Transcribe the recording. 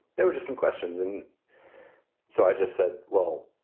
there were just some questions. and so i just said, well,